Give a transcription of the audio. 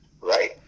Right